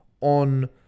on